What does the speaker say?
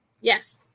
Yes